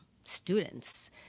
students